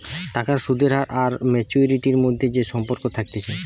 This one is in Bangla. টাকার সুদের হার আর ম্যাচুয়ারিটির মধ্যে যে সম্পর্ক থাকতিছে